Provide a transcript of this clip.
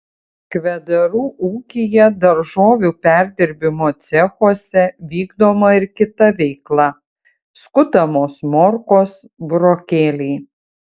kvedarų ūkyje daržovių perdirbimo cechuose vykdoma ir kita veikla skutamos morkos burokėliai